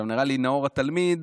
נראה לי נאור התלמיד